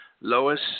Lois